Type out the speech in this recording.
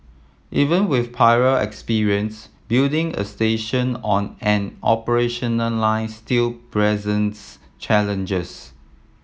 even with prior experience building a station on an operational line still presents challenges